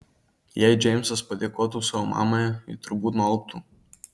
jei džeimsas padėkotų savo mamai ji turbūt nualptų